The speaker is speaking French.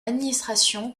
administration